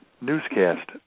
newscast